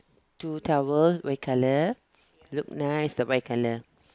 two towel white colour look nice the white colour